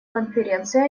конференции